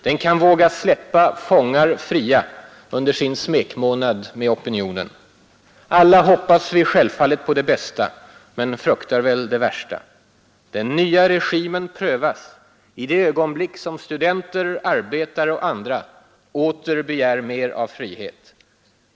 Den kan våga släppa fångar under sin smekmånad med opinionen. Alla hoppas vi självfallet på det bästa men fruktar väl det värsta. Den nya regimen prövas i det ögonblick som studenter, arbetare och andra åter begär mer av frihet.